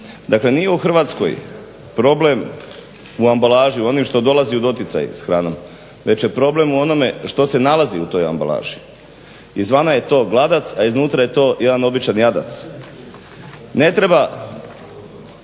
Dakle nije u Hrvatskoj problem u ambalaži, u onom što dolazi u doticaj s hranom, već je problem u onome što se nalazi u toj ambalaži. Izvana je to gladac, a iznutra je to jedan običan jadac. Ne treba